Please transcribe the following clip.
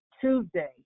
Tuesday